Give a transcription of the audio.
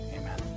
amen